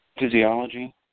physiology